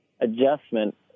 adjustment